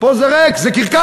פה זה ריק, זה קרקס,